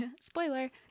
spoiler –